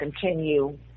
continue